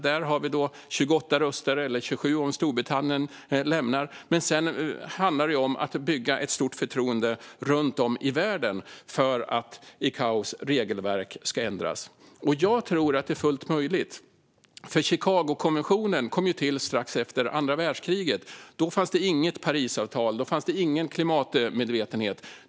Där har vi 28 röster, eller 27 om Storbritannien lämnar EU. Sedan handlar det om att bygga ett stort förtroende runt om i världen för att ICAO:s regelverk ska ändras. Jag tror att det är fullt möjligt, för Chicagokonventionen kom till strax efter andra världskriget. Då fanns det inget Parisavtal och ingen klimatmedvetenhet.